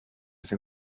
vais